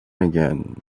again